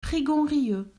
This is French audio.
prigonrieux